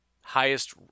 Highest